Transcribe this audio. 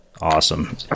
Awesome